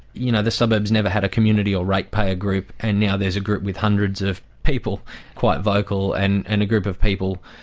you know the suburb's never had a community or ratepayer group, and now there's a group with hundreds of people quite vocal and and a group of people